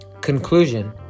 Conclusion